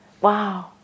Wow